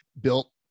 built